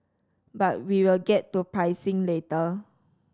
but we will get to pricing later